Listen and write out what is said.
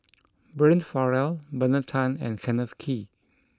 Brian Farrell Bernard Tan and Kenneth Kee